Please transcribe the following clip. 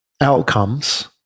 outcomes